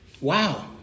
Wow